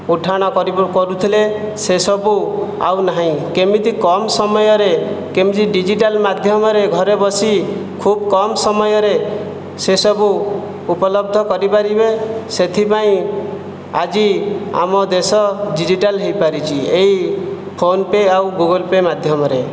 ଉଠାଣ କରି କରୁଥିଲେ ସେସବୁ ଆଉ ନାହିଁ କେମିତି କମ୍ ସମୟରେ କେମିତି ଡିଜିଟାଲ୍ ମାଧ୍ୟମରେ ଘରେ ବସି ଖୁବ୍ କମ୍ ସମୟରେ ସେସବୁ ଉପଲବ୍ଧ କରିପାରିବେ ସେଥିପାଇଁ ଆଜି ଆମ ଦେଶ ଡିଜିଟାଲ୍ ହୋଇପାରିଛି ଏହି ଫୋନ୍ପେ ଆଉ ଗୁଗୁଲ୍ପେ ମାଧ୍ୟମରେ